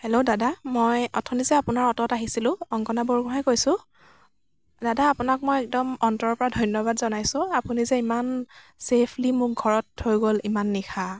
hello দাদা মই অথনি যে আপোনাৰ অ'টত আহিছিলোঁ অংকনা বৰগোহাঁইয়ে কৈছোঁ দাদা আপোনাক মই একদম অন্তৰৰ পৰা ধন্যবাদ জনাইছোঁ আপুনি যে ইমান চেফলি মোক ঘৰত থৈ গ'ল ইমান নিশা